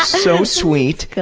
so sweet.